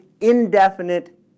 indefinite